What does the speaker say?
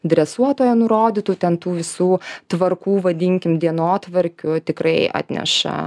dresuotojo nurodytų ten tų visų tvarkų vadinkim dienotvarkių tikrai atneša